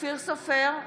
אופיר סופר,